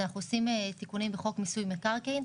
אנחנו עושים תיקונים בחוק מיסוי מקרקעין,